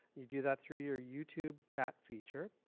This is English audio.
you do that through your youtube chat feature,